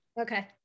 Okay